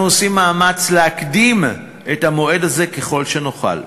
עושים מאמץ להקדים את המועד הזה ככל שנוכל,